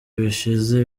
bishize